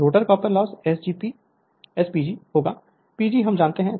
Refer Slide Time 2726 rotor copper loss SPG होगा PG हम जानते हैं